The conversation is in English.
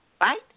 right